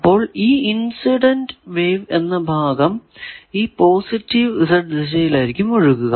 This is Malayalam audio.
അപ്പോൾ ഈ ഇൻസിഡന്റ് വേവ് എന്ന ഭാഗം ഈ പോസിറ്റീവ് z ദിശയിലാകും ഒഴുകുക